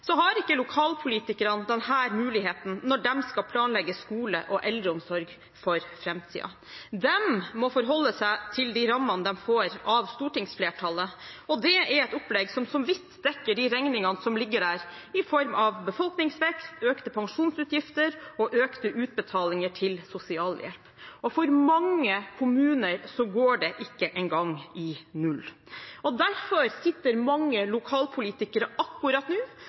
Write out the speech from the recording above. så vidt dekker de regningene som ligger der i form av befolkningsvekst, økte pensjonsutgifter og økte utbetalinger til sosialhjelp. For mange kommuner går det ikke engang i null. Derfor sitter mange lokalpolitikere akkurat nå